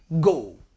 go